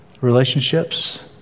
relationships